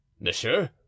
Monsieur